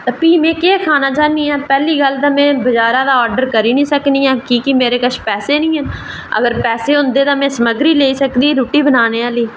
ते प्ही में केह् खाना चाह्न्नी आं पैह्ली गल्ल ते में बजारै दा किश ऑर्डर करी निं सकनी ऐं की के मेरे कश पैसे निं हैन ते में समग्री लेई सकदी ही रुट्टी बनाने आह्ली